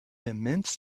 immense